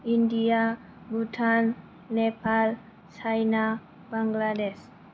India Bhutan Nepal China Bangladesh